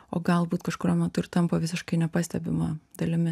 o galbūt kažkuriuo metu ir tampa visiškai nepastebima dalimi